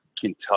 Kentucky